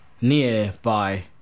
nearby